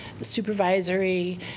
supervisory